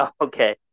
Okay